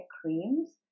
creams